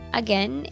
again